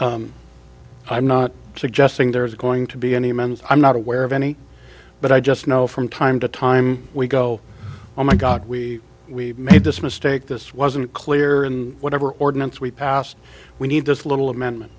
comma i'm not suggesting there is going to be any amends i'm not aware of any but i just know from time to time we go oh my god we we made this mistake this wasn't clear in whatever ordinance we passed we need just a little amendment